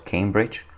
Cambridge